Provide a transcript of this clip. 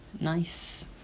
Nice